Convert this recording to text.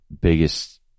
biggest